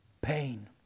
pain